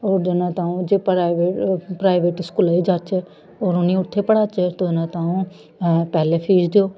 होर जे तां'ऊं जे प्राइवेट प्राइवेट स्कूलै च जाचै होर उ'नेंगी उत्थै पढ़ाचै ते त'ऊं पैह्ले फीस देओ